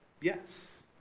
Yes